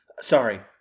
Sorry